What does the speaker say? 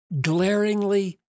glaringly